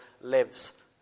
lives